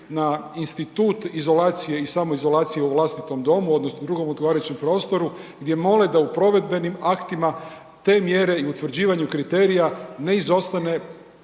na institut izolacije i samoizolacije u vlastitom domu odnosno drugom odgovarajućem prostoru gdje mole da u provedbenim aktima te mjere i utvrđivanjem kriterija ne izostane